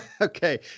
Okay